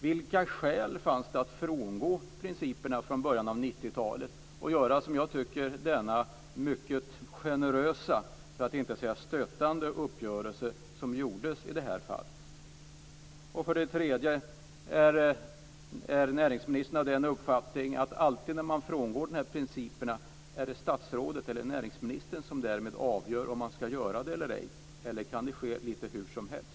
Vilka skäl fanns det att frångå principerna från början av 1990-talet och göra denna mycket generösa - för att inte säga stötande - uppgörelse i detta fall? Är näringsministern av uppfattningen att det alltid är statsrådet som ska avgöra om man ska frångå principerna? Kan det ske lite hur som helst?